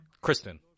Kristen